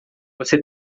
você